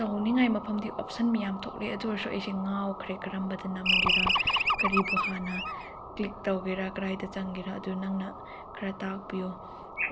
ꯇꯧꯅꯤꯡꯉꯥꯏ ꯃꯐꯝꯗꯤ ꯑꯣꯞꯁꯟ ꯃꯌꯥꯝ ꯊꯣꯛꯂꯛꯑꯦ ꯑꯗꯨ ꯑꯣꯏꯔꯁꯨ ꯑꯩꯁꯦ ꯉꯥꯎꯈ꯭ꯔꯦ ꯀꯔꯝꯕꯗ ꯅꯝꯒꯦꯔꯥ ꯀꯔꯤꯕꯨ ꯍꯥꯟꯅ ꯀ꯭ꯂꯤꯛ ꯇꯧꯒꯦꯔ ꯀꯔꯥꯏꯗ ꯆꯪꯒꯦꯔ ꯑꯗꯨ ꯅꯪꯅ ꯈꯔ ꯇꯥꯛꯄꯤꯌꯨ